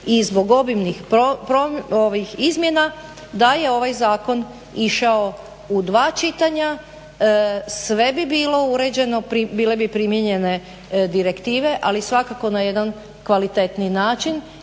i zbog obimnih izmjena da je ovaj zakon išao u dva čitanja. Sve bi bilo uređeno, bile bi primijenjene direktive, ali svakako na jedan kvalitetniji način